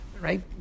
right